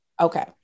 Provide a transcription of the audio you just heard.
Okay